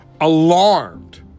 Alarmed